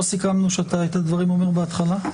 לא סיכמנו שאתה את הדברים אומר בהתחלה?